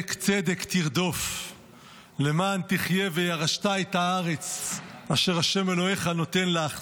"צדק צדק תרדף למען תחיה וירשת את הארץ אשר ה' אלהיך נֹתן לך".